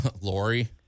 Lori